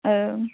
औ